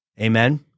amen